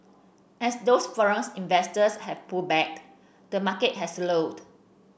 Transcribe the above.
as those foreign investors have pulled back the market has slowed